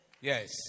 Yes